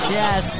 yes